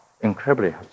incredibly